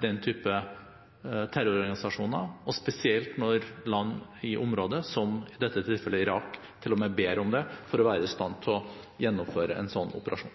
den type terrororganisasjoner, spesielt når land i området, i dette tilfellet Irak, til og med ber om det for å være i stand til å gjennomføre en slik operasjon.